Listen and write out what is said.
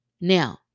Now